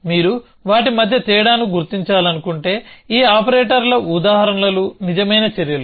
మీరు వాటి మధ్య తేడాను గుర్తించాలనుకుంటేఈ ఆపరేటర్ల ఉదాహరణలు నిజమైన చర్యలు